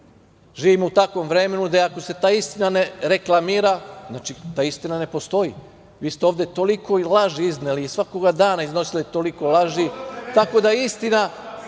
živimo u takvom vremenu gde ako se ta istina ne reklamira, znači, ta istina ne postoji. Vi ste ovde toliko laži izneli i svakoga dana iznosili toliko laži, tako da istina,